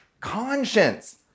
Conscience